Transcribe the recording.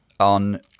on